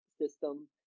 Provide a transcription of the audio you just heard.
system